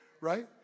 right